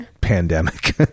pandemic